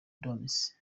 domes